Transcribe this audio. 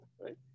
right